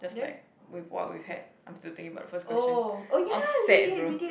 that's like we what we had I'm still thinking about the first question upset bro